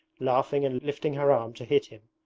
laughing and lifting her arm to hit him.